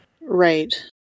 Right